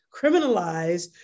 criminalize